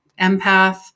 empath